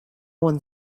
one